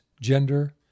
gender